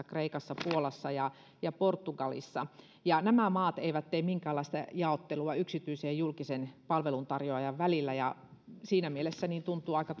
kreikassa puolassa ja ja portugalissa ja nämä maat eivät tee minkäänlaista jaottelua yksityisen ja julkisen palveluntarjoajan välillä siinä mielessä tuntuu aika